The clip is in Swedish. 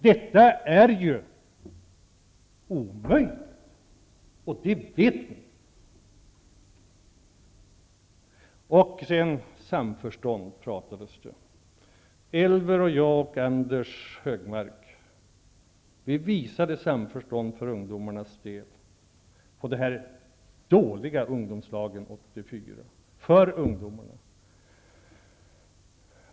Det är omöjligt, och det vet ni. Om samförstånd har det talats. Elver Jonsson, jag och Anders Högmark visade samförstånd för ungdomarnas del när det gällde de dåliga ungdomslagen 1984.